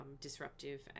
disruptive